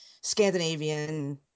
Scandinavian